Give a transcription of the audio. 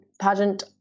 pageant